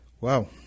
wow